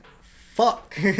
Fuck